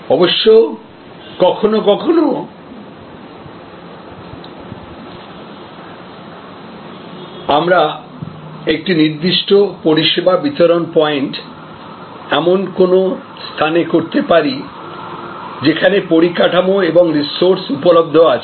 অবশ্য কখনও কখনও আমরা একটি নির্দিষ্ট পরিষেবা বিতরণ পয়েন্ট এমন কোন স্থানে করতে পারি যেখানে পরিকাঠামো এবং রিসোর্স উপলব্ধ আছে